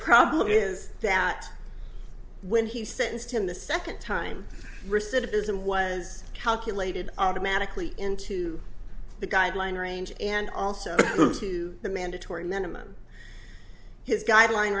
problem is that when he sentenced him the second time recidivism was calculated automatically into the guideline range and also to the mandatory minimum his guideline